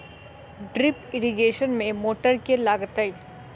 Drip irrigation मे motor केँ लागतै?